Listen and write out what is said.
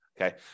Okay